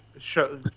show